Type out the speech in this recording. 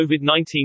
COVID-19